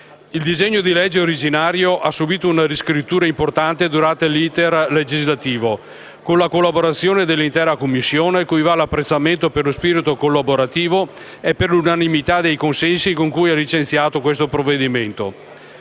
Il disegno di legge originario ha subito una riscrittura importante durante l'*iter* legislativo, con la collaborazione dell'intera Commissione, cui va l'apprezzamento per lo spirito collaborativo e per l'unanimità dei consensi con cui ha licenziato questo provvedimento.